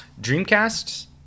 Dreamcast